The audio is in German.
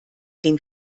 den